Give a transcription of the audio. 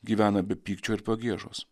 gyvena be pykčio ir pagiežos